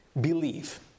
Believe